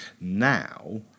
Now